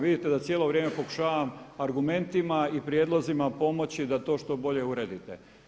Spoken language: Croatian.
Vidite da cijelo vrijeme pokušavam argumentima i prijedlozima pomoći da to što bolje uredite.